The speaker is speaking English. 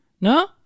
no